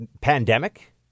pandemic